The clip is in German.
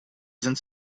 sind